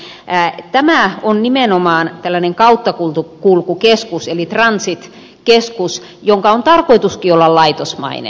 tämä on nimenomaan tällainen kauttakulkukeskus eli transit keskus jonka on tarkoituskin olla laitosmainen